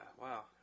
Wow